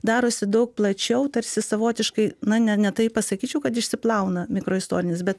darosi daug plačiau tarsi savotiškai na ne ne taip pasakyčiau kad išsiplauna mikroistorinis bet